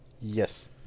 Yes